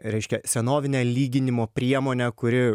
reiškia senovinę lyginimo priemonę kuri